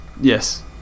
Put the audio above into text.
Yes